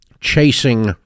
chasing